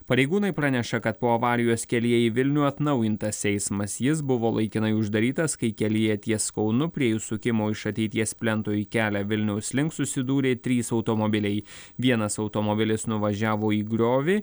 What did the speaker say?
pareigūnai praneša kad po avarijos kelyje į vilnių atnaujintas eismas jis buvo laikinai uždarytas kai kelyje ties kaunu prie įsukimo iš ateities plento į kelią vilniaus link susidūrė trys automobiliai vienas automobilis nuvažiavo į griovį